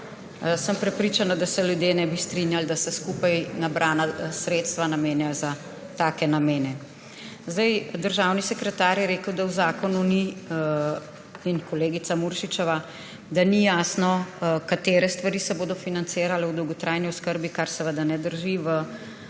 Sem prepričana, da se ljudje ne bi strinjali, da se skupaj nabrana sredstva namenjajo za take namene. Državni sekretar je rekel, in kolegica Muršičeva, da v zakonu ni jasno, katere stvari se bodo financirale v dolgotrajni oskrbi, kar seveda ne drži. V 12.